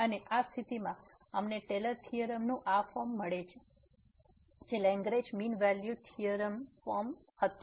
અને આ સ્થિતિમાં અમને ટેલર થીયોરમનું આ ફોર્મ મળે છે જે Lagrange mean value theorem form હતું